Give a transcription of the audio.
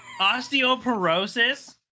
Osteoporosis